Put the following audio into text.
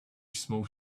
small